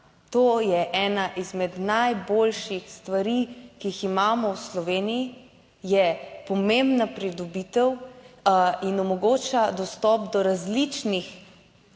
To je ena izmed najboljših stvari, ki jih imamo v Sloveniji. Je pomembna pridobitev in omogoča dostop do različnih